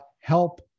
help